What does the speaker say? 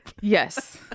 Yes